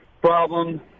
problem